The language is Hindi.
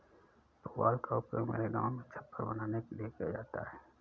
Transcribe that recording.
पुआल का उपयोग मेरे गांव में छप्पर बनाने के लिए किया जाता है